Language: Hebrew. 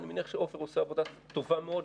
אני מניח שעפר עושה עבודה טובה מאוד,